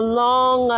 long